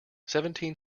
seventeen